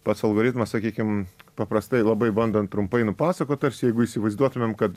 pats algoritmas sakykim paprastai labai bandant trumpai nupasakot tarsi jeigu įsivaizduotumėm kad